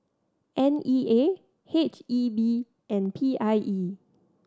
N E A H E B and P I E